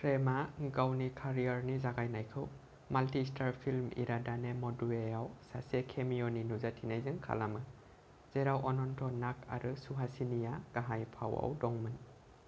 प्रेमा गावनि केरियारनि जागायनायखौ माल्टि स्टार फिल्म 'इरादाने मदुवे'आव सासे केमिअनि नुजाथिनायजों खालामो जेराव अनन्त नाग आरो सुहासिनीआ गाहाय फावआव दंमोन